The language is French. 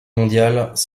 mondiales